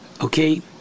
Okay